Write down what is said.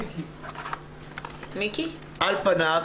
על פניו